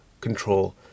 control